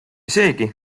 seegi